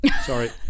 Sorry